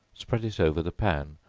spread it over the pan,